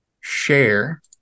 share